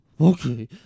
Okay